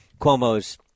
Cuomo's